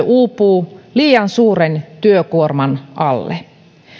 uupuu liian suuren työkuorman alle